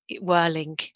whirling